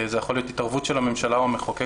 זה יכול להיות התערבות של הממשלה או המחוקק